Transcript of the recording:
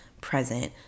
present